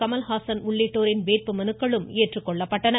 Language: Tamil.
கமல்ஹாசன் உள்ளிட்டோரின் வேட்புமனுக்கள் ஏற்றுக்கொள்ளப்பட்டன